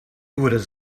was